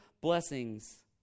blessings